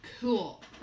Cool